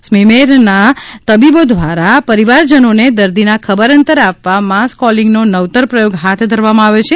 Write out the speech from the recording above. સ્મીમેરના તબીબો દ્વારા પરિવારજનોને દર્દીના ખબરઅંતર આપવાં માસ કોલિંગનો નવતર પ્રથોગ હાથ ધરવામાં આવ્યો છે